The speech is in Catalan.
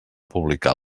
publicar